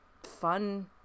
fun